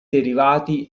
derivati